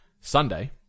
Sunday